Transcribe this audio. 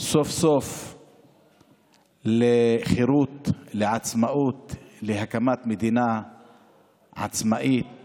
סוף-סוף לחירות, לעצמאות, להקמת מדינה עצמאית